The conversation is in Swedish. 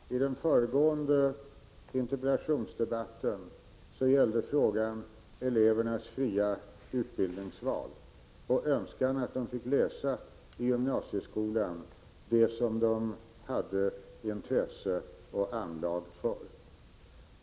Herr talman! I den föregående interpellationsdebatten gällde frågan elevernas fria utbildningsval och önskan att eleverna i gymnasieskolan får läsa det som de har intresse av och anlag för.